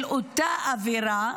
של אותה עבירה,